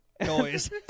noise